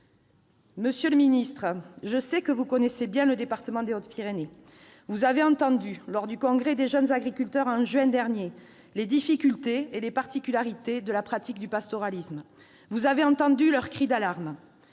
Monsieur le ministre, je sais que vous connaissez bien le département des Hautes-Pyrénées. Lors de leur congrès en juin dernier, les jeunes agriculteurs vous ont expliqué les difficultés et les particularités de la pratique du pastoralisme. Vous avez entendu leur cri d'alarme.